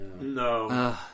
No